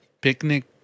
picnic